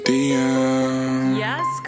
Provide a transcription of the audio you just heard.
Yes